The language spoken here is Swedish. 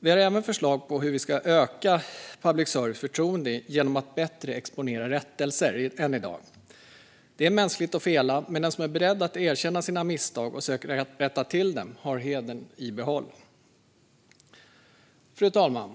Vi har även förslag på hur vi ska kunna öka public services förtroende genom att bättre exponera rättelser än i dag. Det är mänskligt att fela, men den som är beredd att erkänna sina misstag och söka rätta till dem har hedern i behåll. Fru talman!